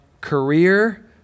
career